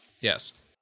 Yes